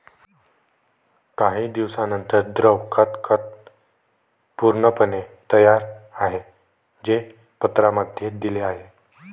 काही दिवसांनंतर, द्रव खत खत पूर्णपणे तयार आहे, जे पत्रांमध्ये दिले आहे